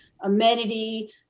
amenity